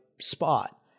spot